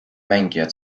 mängijad